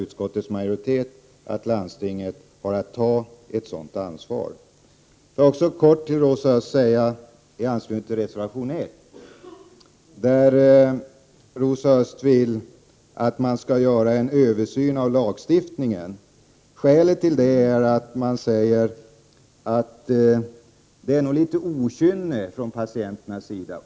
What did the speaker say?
Utskottsmajoriteten anser att landstingen har att ta det ekonomiska ansvaret i detta avseende. Rosa Ösths och Ulla Tillanders reservation 1 handlar om översyn av lagstiftningen. Skälet till reservationen är att det kan förekomma okynne från patienterna.